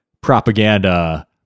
propaganda